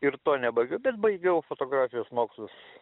ir to nebaigiau bet baigiau fotografijos mokslus